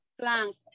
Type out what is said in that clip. Plank